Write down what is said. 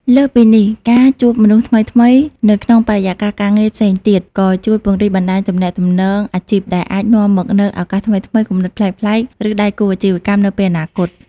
លើសពីនេះ ការជួបមនុស្សថ្មីៗនៅក្នុងបរិយាកាសការងារផ្សេងគ្នា ក៏ជួយពង្រីកបណ្តាញទំនាក់ទំនងអាជីព ដែលអាចនាំមកនូវឱកាសថ្មីៗ គំនិតប្លែកៗ ឬដៃគូអាជីវកម្មនៅពេលអនាគត។